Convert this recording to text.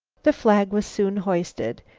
the flag was soon hoisted,